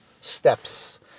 steps